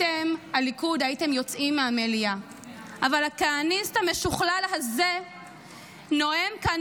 אתם הליכוד הייתם יוצאים מהמליאה אבל הכהניסט המשוכלל הזה נואם כאן,